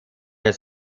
der